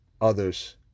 others